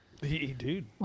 Dude